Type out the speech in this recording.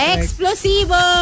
Explosivo